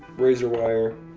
razor wire,